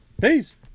Peace